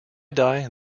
die